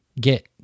get